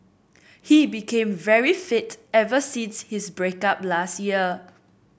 he became very fit ever since his break up last year